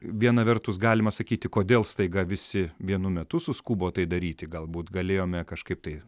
viena vertus galima sakyti kodėl staiga visi vienu metu suskubo tai daryti galbūt galėjome kažkaip tai